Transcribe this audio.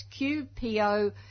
QPO